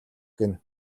гэнэ